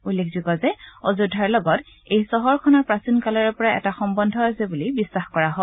উল্লেখযোগ্য যে অযোধ্যাৰ লগত এই চহৰখনৰ প্ৰাচীন কালৰে পৰাই এটা সম্বন্ধ আছে বুলি বিশ্বাস কৰা হয়